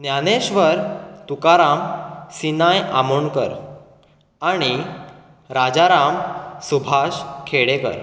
ज्ञानेश्वर तुकाराम सिनाय आमोणकर आनी राजाराम सुभाष खेडेकर